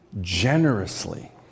generously